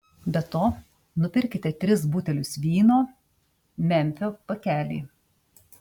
be to nupirkite tris butelius vyno memfio pakelį